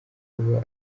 kuba